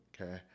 Okay